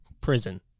Prison